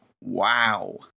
Wow